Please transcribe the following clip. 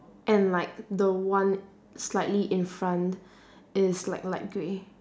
and like the one slightly in front is like light grey